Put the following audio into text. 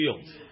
field